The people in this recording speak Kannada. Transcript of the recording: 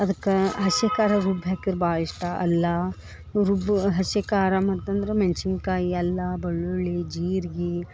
ಅದಕ್ಕೆ ಹಸಿ ಖಾರ ರುಬ್ಬಿ ಹಾಕಿರ ಭಾಳ ಇಷ್ಟ ಅಲ್ಲಾ ರುಬ್ಬು ಹಸಿ ಖಾರ ಮತ್ತಂದ್ರೆ ಮೆಣ್ಸಿನ ಕಾಯಿ ಅಲ್ಲಾ ಬೆಳ್ಳುಳ್ಳಿ ಜೀರ್ಗಿ